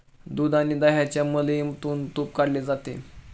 दूध आणि दह्याच्या मलईमधून तुप काढले जाते